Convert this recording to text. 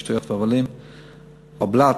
שטויות, בבל"ת.